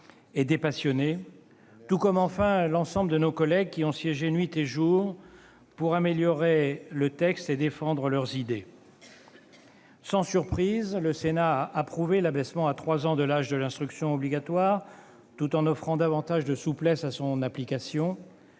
et dépassionné, enfin l'implication de l'ensemble de nos collègues, qui ont siégé nuit et jour pour améliorer le texte et défendre leurs idées. Sans surprise, le Sénat a approuvé l'abaissement à 3 ans de l'âge de l'instruction obligatoire, tout en offrant davantage de souplesse à son application.